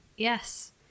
Yes